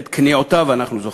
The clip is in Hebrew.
את כניעותיו אנחנו זוכרים,